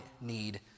need